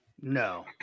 No